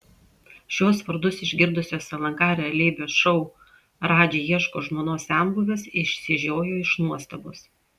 šiuos vardus išgirdusios lnk realybės šou radži ieško žmonos senbuvės išsižiojo iš nuostabos